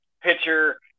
pitcher